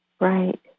Right